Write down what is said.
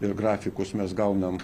ir grafikus mes gaunam